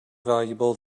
valuable